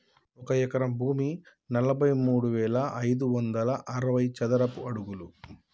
ఒక ఎకరం భూమి నలభై మూడు వేల ఐదు వందల అరవై చదరపు అడుగులు